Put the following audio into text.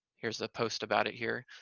here's the post about it here,